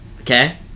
okay